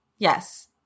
Yes